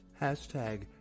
Hashtag